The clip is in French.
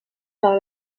par